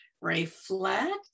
reflect